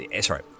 sorry